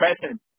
present